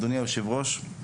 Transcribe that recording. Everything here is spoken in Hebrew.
אדוני היושב-ראש,